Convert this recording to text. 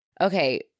Okay